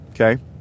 okay